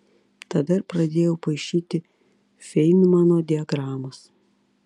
tada ir pradėjau paišyti feinmano diagramas